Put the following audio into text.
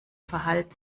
verhalten